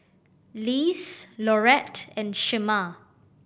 Lise Laurette and Shemar